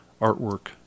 artwork